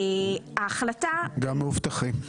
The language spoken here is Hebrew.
גם מאובטחים.